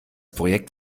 projekt